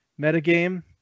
metagame